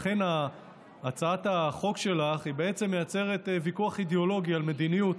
הצעת החוק שלך מייצרת ויכוח אידיאולוגי על מדיניות.